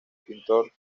pintor